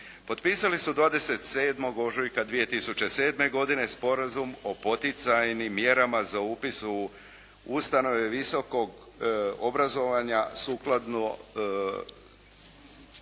potpisali su 27. ožujka 2007. godine Sporazum o poticajnim mjerama za upis u ustanove visokog obrazovanja sukladno